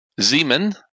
Zeman